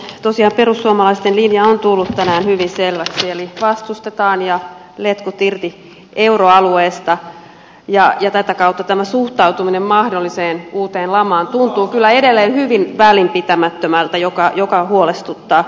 tosiaan perussuomalaisten linja on tullut tänään hyvin selväksi eli vastustetaan ja letkut irti euroalueesta ja tätä kautta tämä suhtautuminen mahdolliseen uuteen lamaan tuntuu kyllä edelleen hyvin välinpitämättömältä mikä huolestuttaa